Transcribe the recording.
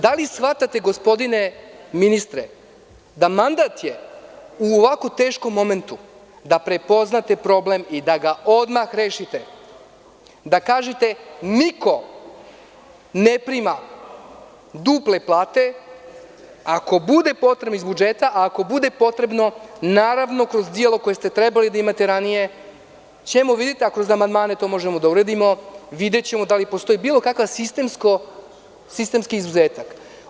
Da li shvatate, gospodine ministre, da je mandat u ovako teškom momentu da prepoznate problem i da ga odmah rešite, da kažete – niko ne prima duple plate iz budžeta, a ako bude potrebno, naravno, kroz dijalog koji ste trebali da imate ranije, videćemo ako kroz amandmane možemo to da uredimo, videćemo da li postoji bilo kakav sistemski izuzetak.